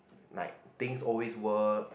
like things always work